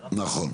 נכון.